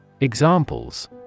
Examples